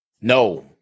No